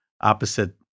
opposite